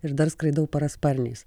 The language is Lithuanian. ir dar skraidau parasparniais